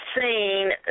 seen